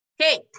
Okay